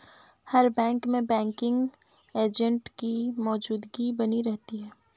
हर bank में banking agent की मौजूदगी बनी रहती है